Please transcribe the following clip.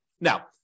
Now